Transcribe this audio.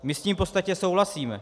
My s tím v podstatě souhlasíme.